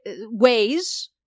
ways